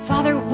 Father